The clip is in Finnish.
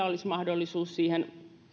olisi mahdollisuus siihen